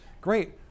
great